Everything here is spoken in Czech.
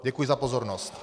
Děkuji za pozornost.